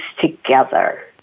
together